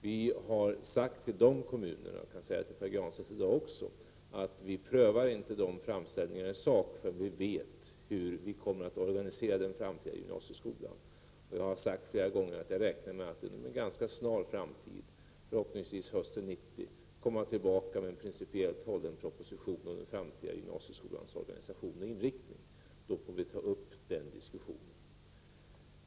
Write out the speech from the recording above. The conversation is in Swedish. Vi har sagt till de där kommunerna — och jag kan säga det till Pär Granstedt också — att vi prövar inte dessa framställningar i sak förrän vi vet hur vi kommer att organisera den framtida gymnasieskolan. Jag har sagt flera gånger att jag räknar med att inom en ganska snar framtid, förhoppningsvis hösten 1990, komma tillbaka med en principiellt hållen proposition om den framtida gymnasieskolans organisation och inriktning. Då får vi ta upp den diskussionen.